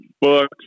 books